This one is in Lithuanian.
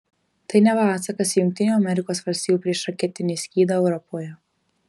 tai neva atsakas į jungtinių amerikos valstijų priešraketinį skydą europoje